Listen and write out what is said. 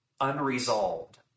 unresolved